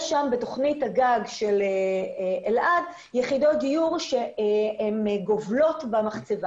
יש שם בתוכנית הגג של אלעד יחידות דיור שהן גובלות במחצבה